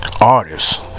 artists